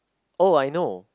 oh I know